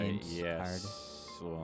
Yes